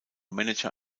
manager